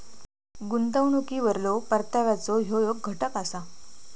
गुंतवणुकीवरलो परताव्याचो ह्यो येक घटक असा